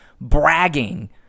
bragging